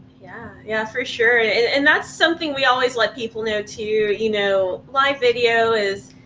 yeah yeah, for sure and and and that's something we always let people know too, you know, live video is,